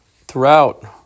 throughout